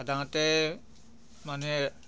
সাধাৰণতে মানুহে